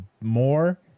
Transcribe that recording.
more